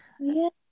yes